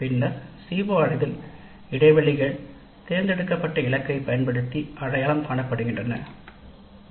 பின்னர் CO அடைதல் இடைவெளிகள் தேர்ந்தெடுக்கப்பட்ட இலக்கைப் பயன்படுத்தி அடையாளம் காணப்படுகின்றன தேர்ந்தெடுக்கப்பட்ட இலக்கைப் பயன்படுத்தி